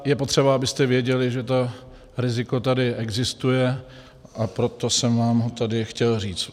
Je potřeba, abyste věděli, že to riziko tady existuje, a proto jsem vám ho tady chtěl říct.